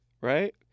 Right